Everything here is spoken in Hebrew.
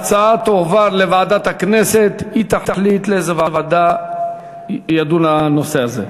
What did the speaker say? ההצעה להעביר את הנושא לוועדה שתקבע ועדת הכנסת נתקבלה.